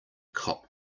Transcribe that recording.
cop